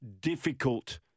difficult